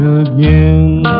again